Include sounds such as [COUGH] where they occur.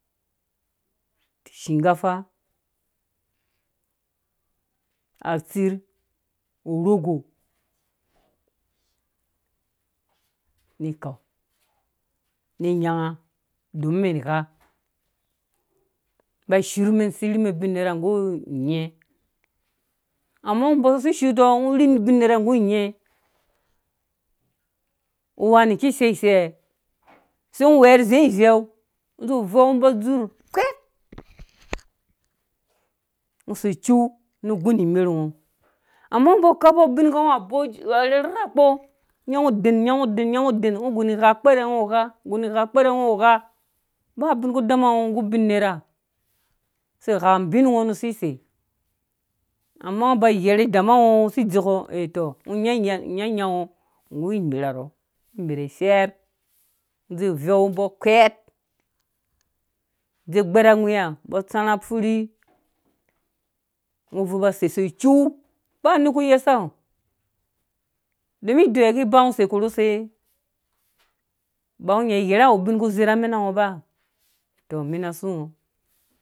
Shinkafa atsir urogo ni kau ni nyanga dommɛn igha mba surh mɛn sirri mɛ ubin nerha nggu unye amma ngo ba ngɔsi shutɔ ngɔ rri ubin nerha nggu unyɛ wani ki sɛsɛ sei ngɔ wɛrh zĩ ivɛu zĩ vɛumbɔ dzur kwɛr ngɔ sei cuu nu gũini imerh ngɔ amma ngɔ ba kau [UNINTELLIGIBLE] ubingha ngɔ rhɛrhɛrakpɔ nyaũ den nyaũ ngɔ gũ nigha kpɛrhɛ ngɔ gha ganigha kpɛrhɛ ngɔ gha ba ubin ku dama ngɔ nggu ubin nerha sei gha abingo nu sisei amma ngɔ ba ghɛrɛ dama ngɔ ngɔ si dzekɔ a tɔ ngɔ nya inyangɔ nggu imerharɔ merh ifɛr zu vɛu mbɔ kwɛr dze gbɛrawhi nga mbɔ tsãrhã furhi ngɔ bvui ba seisu cuu ba nerh ku yesa ngɔ domin idoi nga kiba ngɔ sei korhu se ba nggɔ nya ighɛra wu ubin kuze na mɛna ngɔ ba tɔh minasu ngo.